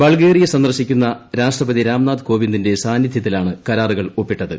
Bulgaria സന്ദർശിക്കുന്ന രാഷ്ട്രപതി രാംനാഥ് കോവിന്ദിന്റെ് സാന്നിധൃത്തിലാണ് കരാറുകൾ ഒപ്പിട്ടത്